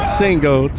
single